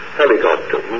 helicopter